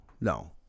no